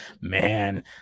man